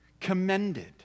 commended